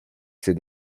ces